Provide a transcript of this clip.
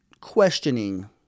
questioning